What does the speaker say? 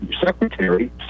secretary